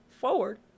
forward